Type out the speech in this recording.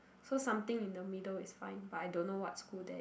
so something in the middle is fine but I don't know what school there